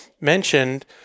mentioned